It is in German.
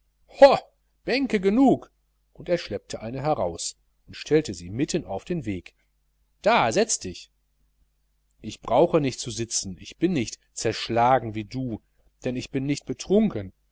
bänke genug und er schleppte eine heraus und stellte sie mitten auf den weg da setz dich ich brauche nicht zu sitzen ich bin nicht zerschlagen wie du denn ich bin nicht betrunken